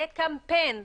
יהיה קמפיין.